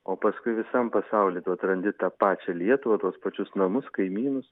o paskui visam pasauly tu atrandi tą pačią lietuvą tuos pačius namus kaimynus